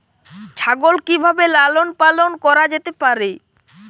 ছাগল কি ভাবে লালন পালন করা যেতে পারে?